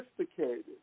sophisticated